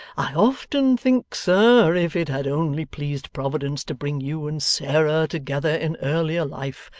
i often think, sir, if it had only pleased providence to bring you and sarah together, in earlier life,